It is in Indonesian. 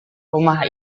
rumah